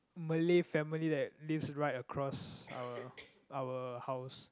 Malay family that lives right across our our house